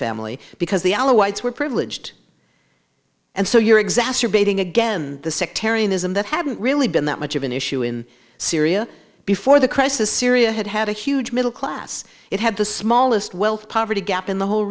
family because the alawite were privileged and so you're exacerbating again the sectarianism that hadn't really been that much of an issue in syria before the crisis syria had had a huge middle class it had the smallest wealth poverty gap in the whole